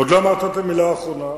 ועוד לא אמרת את המלה האחרונה.